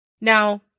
Now